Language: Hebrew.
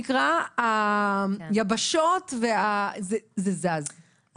מה שנקרא, היבשות זזות,